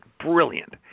Brilliant